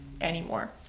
anymore